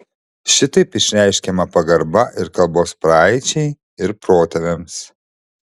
šitaip išreiškiama pagarba ir kalbos praeičiai ir protėviams